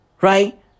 Right